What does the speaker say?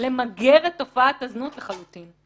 למגר את תופעת הזנות לחלוטין.